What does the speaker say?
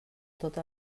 tot